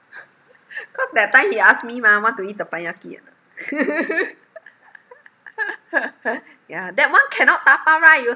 cause that time he asked me mah want to eat teppanyaki or not yeah that one cannot tapau right you